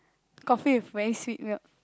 coffee with very sweet milk